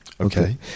okay